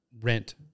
rent